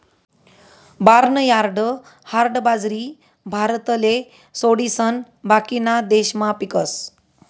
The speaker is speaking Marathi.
बार्नयार्ड हाई बाजरी भारतले सोडिसन बाकीना देशमा पीकस